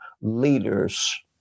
leaders